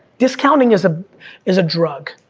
discounting is ah is a drug,